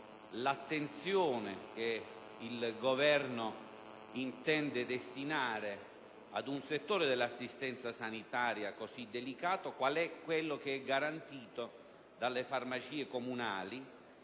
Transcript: l'attenzione che il Governo intende destinare ad un settore dell'assistenza sanitaria così delicato quale è quello garantito dalle farmacie comunali.